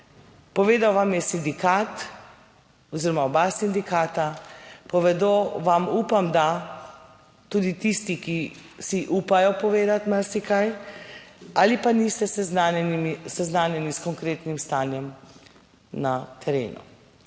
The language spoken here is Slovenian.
povedal vam je sindikat oziroma oba sindikata, povedo vam, upam da, tudi tisti, ki si upajo povedati marsikaj ali pa niste seznanjeni s konkretnim stanjem na terenu.